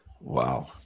wow